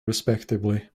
respectively